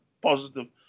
positive